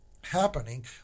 happening